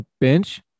bench